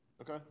Okay